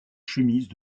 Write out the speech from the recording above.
chemises